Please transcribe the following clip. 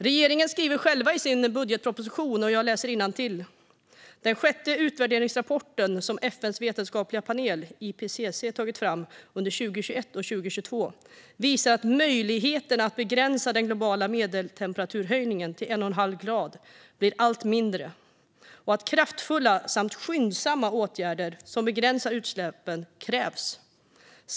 Regeringen själv skriver så här i sin budgetproposition: "Den sjätte utvärderingsrapporten som FN:s vetenskapliga panel, IPCC, tagit fram under 2021 och 2022 visar att möjligheterna att begränsa den globala medeltemperaturhöjningen till 1,5 grader blir allt mindre och att kraftfulla samt skyndsamma åtgärder som begränsar utsläppen krävs.